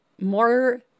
more